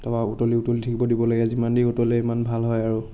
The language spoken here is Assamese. তাৰপৰা উতলি উতলি থাকিব দিব লাগে যিমান দেৰি উতলে সিমান ভাল হয় আৰু